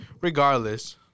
Regardless